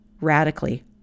radically